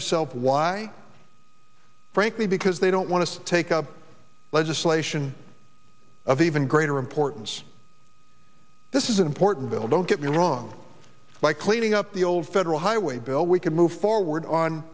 yourself why frankly because they don't want to take up legislation of even greater importance this is an important bill don't get me wrong by cleaning up the old federal highway bill we can move forward on